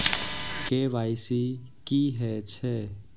KYC की हे छे?